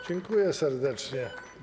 Dziękuję serdecznie.